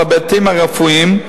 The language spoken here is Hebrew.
על ההיבטים הרפואיים,